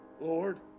Lord